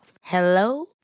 Hello